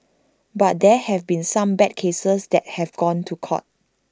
but there have been some bad cases that have gone to court